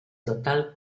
total